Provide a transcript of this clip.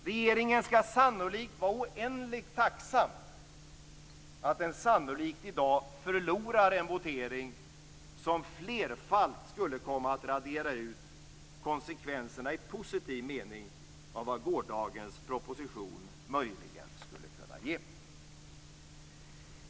Regeringen skall nog vara oändligt tacksam för att den i dag sannolikt förlorar en votering som flerfalt skulle komma att radera ut konsekvenserna i positiv mening av vad gårdagens proposition möjligen skulle kunna ge.